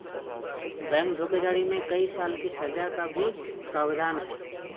bank धोखाधड़ी में कई साल की सज़ा का भी प्रावधान है